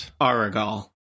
Aragal